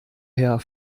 herr